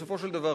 בסופו של דבר,